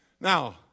Now